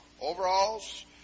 Overalls